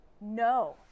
no